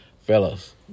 Fellas